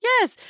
Yes